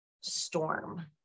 storm